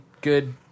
good